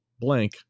blank